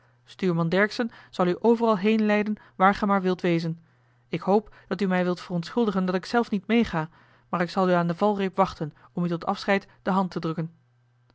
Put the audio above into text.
stuurman dercksen zal u overal heenleiden waar ge maar wilt wezen ik hoop dat u mij wilt verontschuldigen dat ik zelf niet mee ga maar ik zal u aan den valreep wachten om u tot afscheid de hand te drukken